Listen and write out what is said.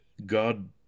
God